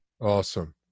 Awesome